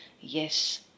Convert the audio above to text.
Yes